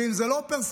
ואם זה לא פרסונלי,